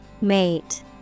Mate